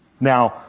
Now